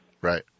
Right